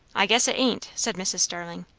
i guess it ain't, said mrs. starling.